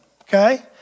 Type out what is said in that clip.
Okay